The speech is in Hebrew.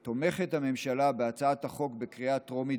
הממשלה תומכת בהצעת החוק בקריאה הטרומית